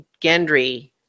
Gendry